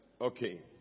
Okay